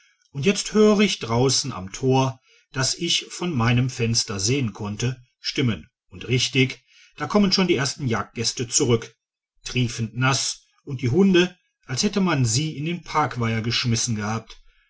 und jetzt höre ich draußen am tor das ich von meinem fenster sehen konnte stimmen und richtig da kommen schon die ersten jagdgäste zurück triefend naß und die hunde als hätte man sie in den parkweiher geschmissen gehabt